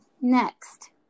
next